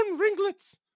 ringlets